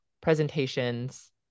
presentations